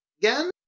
again